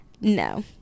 no